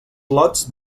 lots